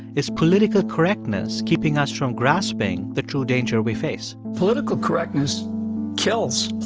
is political correctness keeping us from grasping the true danger we face? political correctness kills.